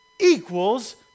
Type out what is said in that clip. equals